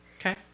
Okay